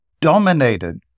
dominated